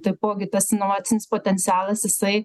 taipogi tas inovacinis potencialas jisai